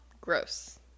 gross